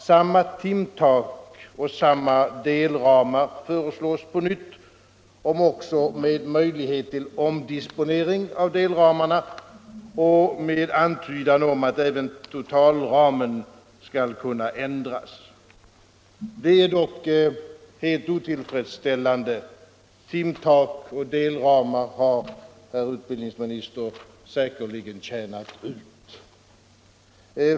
Samma timtak och samma delramar föreslås på nytt, om också med möjlighet till omdisponering av delramarna och med antydan om att även totalramen skall kunna ändras. Det är dock helt otillfredsställande — timtak och delramar har, herr utbildningsminister, säkerligen tjänat ut.